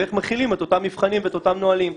ואיך מחילים את אותם מבחנים ואת אותם נהלים,